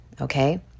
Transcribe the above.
Okay